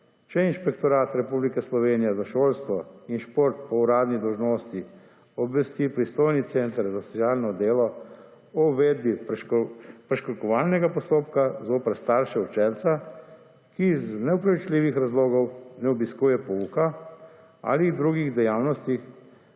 če Inšpektorat Republike Slovenije za šolstvo in šport po uradni dolžnosti obvesti pristojni center za socialno delo o uvedbi prekrškovnega postopka zoper starše učenca, ki iz neopravičljivih razlogov ne obiskuje pouka ali drugih dejavnosti